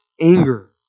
anger